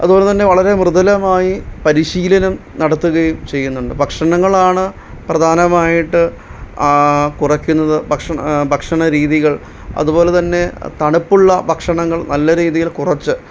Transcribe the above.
അതുപോലെ തന്നെ വളരെ മൃദുലമായി പരിശീലനം നടത്തുകയും ചെയ്യുന്നുണ്ട് ഭക്ഷണങ്ങളാണ് പ്രധാനമായിട്ട് കുറയ്ക്കുന്നത് ഭക്ഷണ ഭക്ഷണരീതികള് അത്പോലെ തന്നെ തണുപ്പുള്ള ഭക്ഷണങ്ങള് നല്ല രീതിയില് കുറച്ച്